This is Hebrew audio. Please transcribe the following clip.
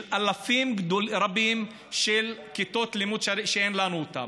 של אלפים רבים של כיתות לימוד, אין לנו אותן.